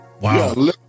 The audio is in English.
Wow